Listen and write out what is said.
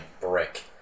brick